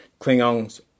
Klingons